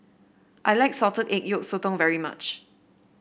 I like Salted Egg Yolk Sotong very much